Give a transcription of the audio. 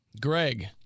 greg